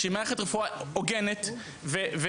שהיא מערכת רפואה הוגנת וצודקת,